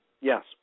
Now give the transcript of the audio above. Yes